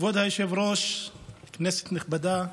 כבוד היושב-ראש, כנסת נכבדה,